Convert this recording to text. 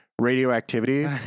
radioactivity